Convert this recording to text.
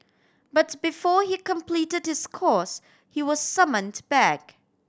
but before he completed his course he was summoned back